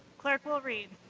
clerk will read.